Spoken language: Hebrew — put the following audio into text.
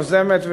יוזמת,